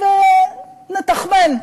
ונתכמן.